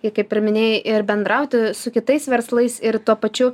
ir kaip ir minėjai ir bendrauti su kitais verslais ir tuo pačiu